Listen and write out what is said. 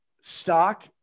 stock